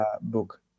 book